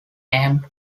aimed